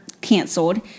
canceled